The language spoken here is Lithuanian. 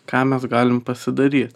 ką mes galim pasidaryt